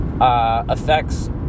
affects